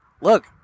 look